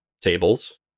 tables